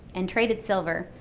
and traded silver,